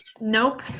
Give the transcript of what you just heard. nope